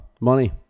money